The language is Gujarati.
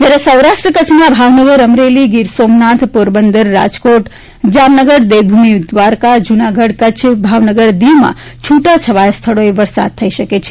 જ્યારે સૌરાષ્ટ્ર કચ્છના ભાવનગર અમરેલી ગીર સોમનાથ પોરબંદર રાજકોટ જામનગર દેવભૂમિ દ્વારકા જૂનાગઢ કચ્છ ભાવનગર દીવમાં છૂટા છવાયા સ્થળોએ વરસાદ થઈ શકે છે